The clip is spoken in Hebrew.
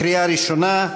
קריאה ראשונה.